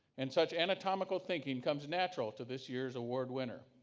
and such anatomical thinking comes natural to this year's award winner.